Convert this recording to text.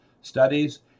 studies